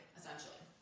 essentially